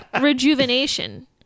rejuvenation